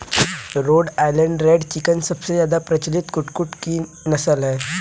road Island Red chicken सबसे ज्यादा प्रचलित कुक्कुट की नस्ल है